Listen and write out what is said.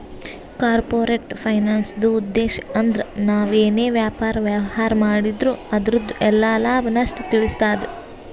corporate ಫೈನಾನ್ಸ್ದುಉದ್ಧೇಶ್ ಅಂದ್ರ ನಾವ್ ಏನೇ ವ್ಯಾಪಾರ, ವ್ಯವಹಾರ್ ಮಾಡಿದ್ರು ಅದುರ್ದು ಎಲ್ಲಾ ಲಾಭ, ನಷ್ಟ ತಿಳಸ್ತಾದ